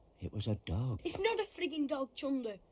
it was a dog. it's not a freaking dog, chunder.